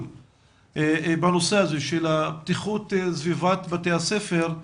בנושא הזה של הבטיחות בסביבת בתי הספר,